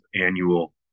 annual